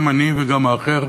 גם אני וגם האחר,